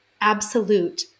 absolute